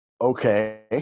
okay